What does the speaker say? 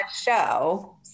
show